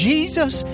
Jesus